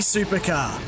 Supercar